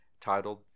titled